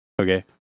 okay